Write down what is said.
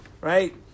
right